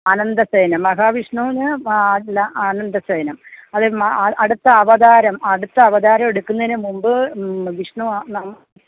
അനന്തശയനം മഹാവിഷ്ണുവിന് അല്ല അനന്തശയനം അതി അടുത്ത അവതാരം അടുത്ത അവതാരം എടുക്കുന്നതിനു മുമ്പ് വിഷ്ണു ആ